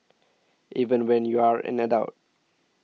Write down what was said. even when you're an adult